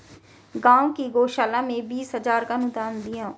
गांव की गौशाला में बीस हजार का अनुदान दिया